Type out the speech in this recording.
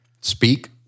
speak